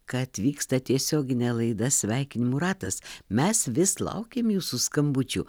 kad vyksta tiesioginė laida sveikinimų ratas mes vis laukiam jūsų skambučių